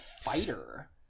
fighter